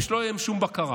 ושלא תהיה עליכם שום בקרה.